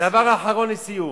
דבר אחרון, לסיום.